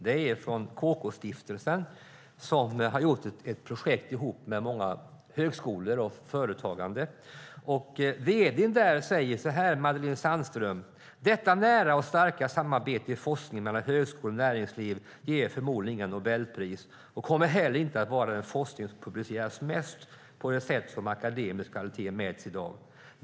Det är från KK-stiftelsen, som har gjort ett projekt ihop med många högskolor och företag. Vd:n Madelene Sandström säger så här: "Detta nära och starka samarbete i forskningen mellan högskolor och näringsliv ger förmodligen inga Nobelpris, och kommer heller inte att vara den forskning som publiceras mest, på det sätt som akademisk kvalitet mäts idag.